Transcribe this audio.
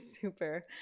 super